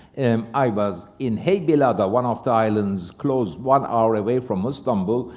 i was in heybeliada, one of the islands close, one hour away from istanbul,